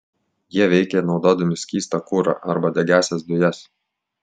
jie veikia naudodami skystą kurą arba degiąsias dujas